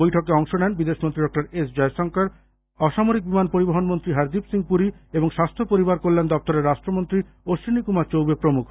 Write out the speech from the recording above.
বৈঠকে অংশ নেন বিদেশমন্ত্রী ডঃ এস অয়শঙ্কর অসামরিক বিমান পরিবহণমন্ত্রী হরদীপ সিং পুরী এবং স্বাস্থ্য পরিবারকল্যাণ দপ্তরের রাষ্টমন্ত্রী অশ্বীনীকুমার চৌবে প্রমুখ